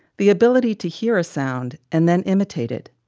the ability to hear a sound and then imitate it,